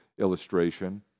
illustration